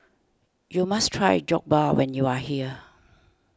you must try Jokbal when you are here